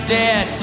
dead